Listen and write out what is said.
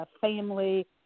family